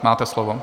Máte slovo.